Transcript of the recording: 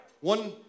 one